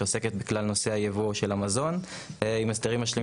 שעוסקת בכלל נושאי הייבוא של המזון עם הסדרים משלימים